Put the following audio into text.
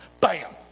Bam